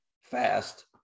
fast